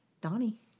Donnie